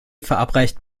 verabreicht